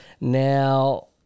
Now